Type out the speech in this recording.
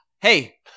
Hey